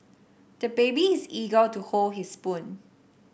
the baby is eager to hold his own spoon